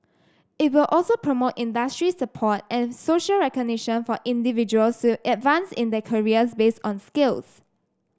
it will also promote industry support and social recognition for individuals to advance in their careers based on skills